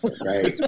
right